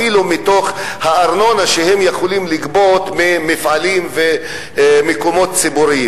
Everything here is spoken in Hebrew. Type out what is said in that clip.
אפילו מתוך הארנונה שהם היו יכולים לגבות ממפעלים וממקומות ציבוריים.